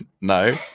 no